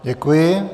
Děkuji.